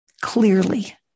clearly